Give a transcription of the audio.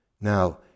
Now